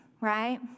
right